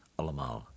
allemaal